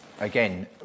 again